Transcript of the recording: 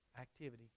activity